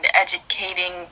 educating